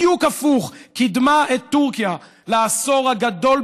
בדיוק הפוך: קידמה את טורקיה לעשור הגדול